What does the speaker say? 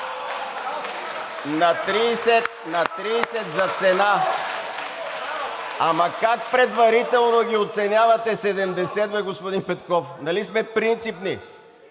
„Браво!“) Ама как предварително ги оценявате 70, господин Петков? Нали сте принципни?